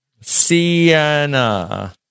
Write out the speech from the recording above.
Sienna